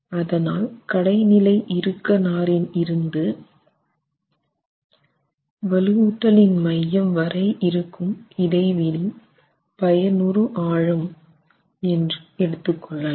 அதனால் கடைநிலை இறுக்க நாரின் இருந்து வலுவூட்டலின் மையம் வரை இருக்கும் இடைவெளி பயனுறு ஆழம் என்று எடுத்து எடுத்துக்கொள்ளலாம்